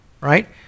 right